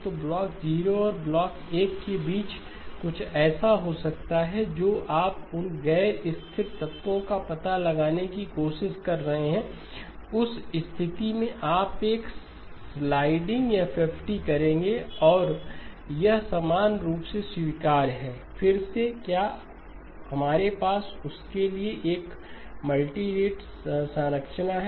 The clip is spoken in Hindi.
तो ब्लॉक 0 और ब्लॉक 1 के बीच कुछ ऐसा हो सकता है जो आप उन गैर स्थिर तत्वों का पता लगाने की कोशिश कर रहे हैं उस स्थिति में आप एक स्लाइडिंग एफएफटी करेंगे और यह समान रूप से स्वीकार्य है फिर से क्या हमारे पास उसके लिए एक मल्टी रेट संरचना है